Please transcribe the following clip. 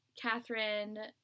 Catherine